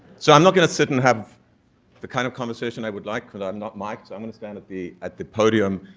so, i'm not gonna sit and have the kind of conversation i would like for i'm not micced, so i'm gonna stand at the at the podium.